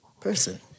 person